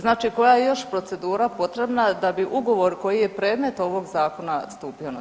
Znači koja je još procedura potrebna da bi ugovor koji je predmet ovog zakona stupio na snagu?